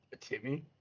Timmy